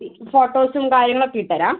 ഈ ഫോട്ടോസും കാര്യങ്ങൾ ഒക്കെ ഇട്ടുതരാം